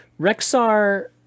Rexar